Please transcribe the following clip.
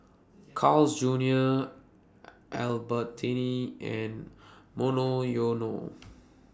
Carl's Junior Albertini and Monoyono